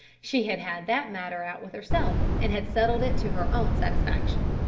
she had had that matter out with herself, and had settled it to her own satisfaction.